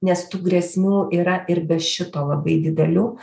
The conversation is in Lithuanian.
nes tų grėsmių yra ir be šito labai didelių